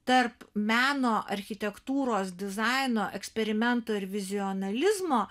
tarp meno architektūros dizaino eksperimento ir vizionalizmo